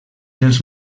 dels